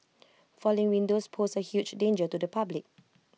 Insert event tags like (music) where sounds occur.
(noise) falling windows pose A huge danger to the public